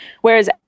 whereas